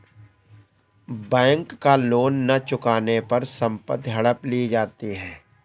bank का loan न चुकाने पर संपत्ति हड़प ली जाती है